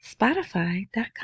Spotify.com